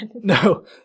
No